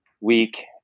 week